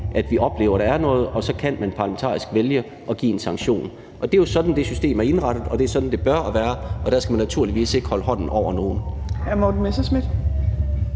vi oplever, at der er noget, og så kan man parlamentarisk vælge at give en sanktion. Det er jo sådan, det system er indrettet, og det er sådan, det bør være, og der skal man naturligvis ikke holde hånden over nogen. Kl. 14:54 Fjerde